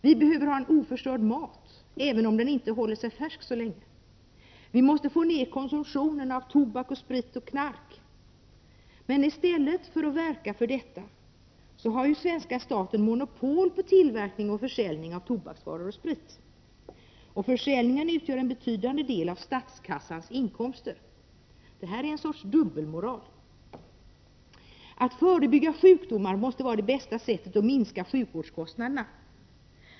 Vi behöver en oförstörd mat, även om den inte håller sig färsk så länge. Vi måste få ned konsumtionen av tobak, sprit och knark. Men i stället för att verka för detta har svenska staten monopol på tillverkning och försäljning av tobaksvaror och sprit. Försäljningen utgör en betydande del av inkomsterna till statskassan. Detta är en sorts dubbelmoral. Att förebygga sjukdomar måste vara det bästa sättet att minska sjukvårdskostnaderna.